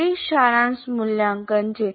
તે સારાંશ મૂલ્યાંકન છે